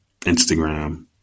Instagram